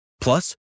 Plus